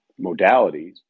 modalities